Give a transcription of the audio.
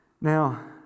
Now